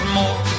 more